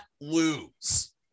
lose